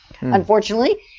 Unfortunately